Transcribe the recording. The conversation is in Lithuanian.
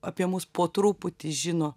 apie mus po truputį žino